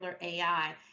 AI